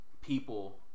people